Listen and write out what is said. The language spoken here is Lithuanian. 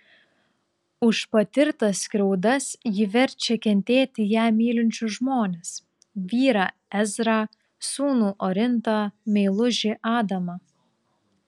už patirtas skriaudas ji verčia kentėti ją mylinčius žmones vyrą ezrą sūnų orintą meilužį adamą